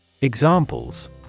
Examples